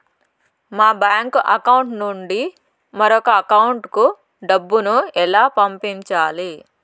మా bank account నుండి మరొక అకౌంట్ కు డబ్బును ఎలా పంపించాలి